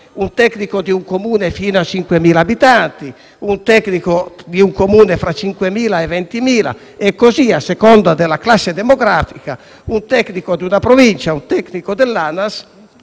un tecnico di un Comune fino a 5.000 abitanti, un tecnico di un Comune fra i 5.000 e i 20.000 e così, a seconda della classe demografica, un tecnico di una Provincia, un tecnico dell'Anas